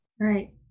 Right